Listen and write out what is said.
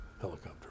helicopter